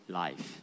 life